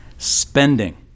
Spending